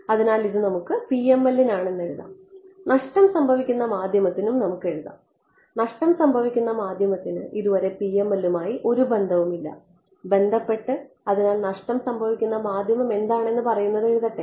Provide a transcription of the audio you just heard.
അതിനാൽ ഇത് നമുക്ക് PML നാണ് എന്ന് എഴുതാംനഷ്ടം സംഭവിക്കുന്ന മാധ്യമത്തിനും നമുക്ക് എഴുതാം നഷ്ടം സംഭവിക്കുന്ന മാധ്യമത്തിന് ഇതുവരെ PML മായി ഒരു ബന്ധവുമില്ല ബന്ധപ്പെട്ട് അതിനാൽ നഷ്ടം സംഭവിക്കുന്ന മാധ്യമം എന്താണ് പറയുന്നതെന്ന് എഴുതട്ടെ